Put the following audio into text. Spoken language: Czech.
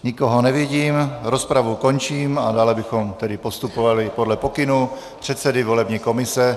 Nikoho nevidím, rozpravu končím a dále bychom tedy postupovali podle pokynů předsedy volební komise.